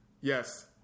Yes